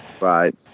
Right